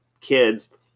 kids